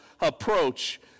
approach